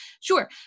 sure